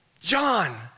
John